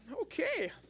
Okay